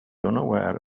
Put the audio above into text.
unaware